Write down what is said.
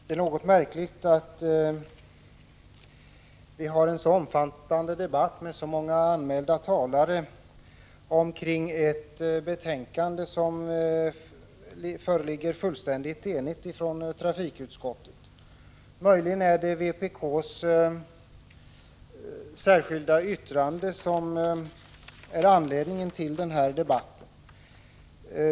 Fru talman! Det är något märkligt att vi har en så omfattande debatt med så många anmälda talare om ett helt enigt betänkande från trafikutskottet. Möjligen är det vpk:s särskilda yttrande som är anledningen till debatten.